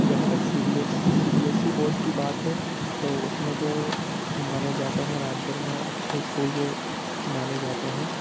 جہاں تک C B C B S E board کی بات ہے تو اس میں جو مانے جاتے ہیں رامپور میں اچھے اسکول جو مانے جاتے ہیں